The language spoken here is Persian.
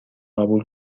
قبول